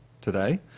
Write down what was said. today